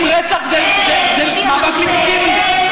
אתה בקריאה שנייה.